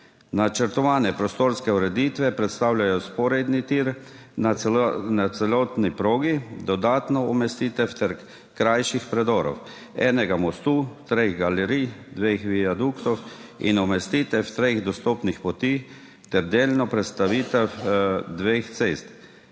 Načrtovane prostorske ureditve predstavljajo vzporedni tir na celotni progi, dodatno umestitev krajših predorov, enega mostu, treh galerij, dveh viaduktov in umestitev treh dostopnih poti ter delno prestavitev dveh cest,